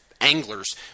anglers